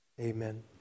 Amen